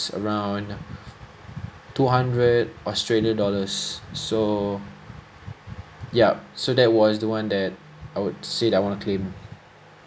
around two hundred australian dollars so ya so that was the one that I would say that I want to claim